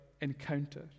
encounter